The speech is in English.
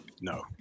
No